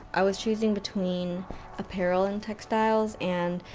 i was choosing between apparel and textiles, and,